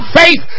faith